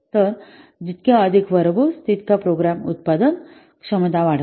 तर जितके अधिक व्हर्बोज असेल तितका प्रोग्राम उत्पादन क्षमता वाढवेल